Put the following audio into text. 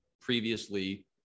previously